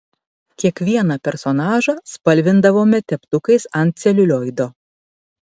kiekvieną personažą spalvindavome teptukais ant celiulioido